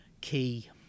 key